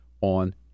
on